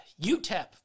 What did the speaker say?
UTEP